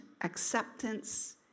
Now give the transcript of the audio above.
acceptance